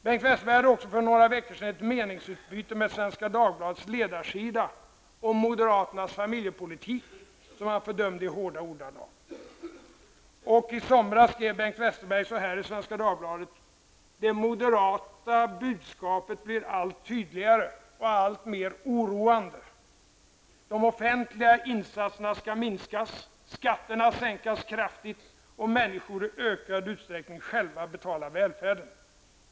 Bengt Westerberg hade också för några veckor sedan ett meningsutbyte med Svenska Dagbladets ledarsida om moderaternas familjepolitik som han i hårda ordalag fördömde. Och i somras skrev Bengt Westerberg i Svenska Dagbladet: ''Det moderata budskapet blir allt tydligare och alltmer oroande. De offentliga insatserna skall minskas, skatterna sänkas kraftigt och människor i ökad utsträckning själva betala för välfärden.